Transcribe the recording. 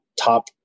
top